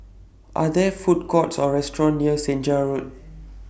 Are There Food Courts Or restaurants near Senja Road